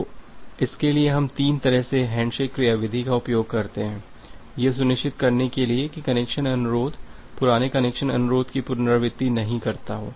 तो इसके लिए हम तीन तरह से हैंडशेक क्रियाविधि का उपयोग करते हैं यह सुनिश्चित करने के लिए कि कनेक्शन अनुरोध पुराने कनेक्शन अनुरोध की पुनरावृत्ति नहीं है